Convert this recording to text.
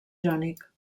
jònic